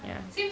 ya